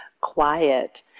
quiet